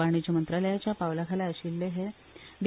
वाणिज्य मंत्रालयाच्या पावलाखाला आशिल्ले हे डी